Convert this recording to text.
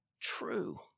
true